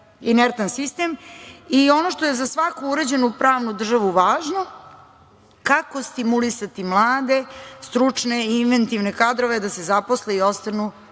inertan sistem i, ono što je za svaku uređenu pravnu državu važno, kako stimulisati mlade, stručne i inventivne kadrove da se zaposle i ostanu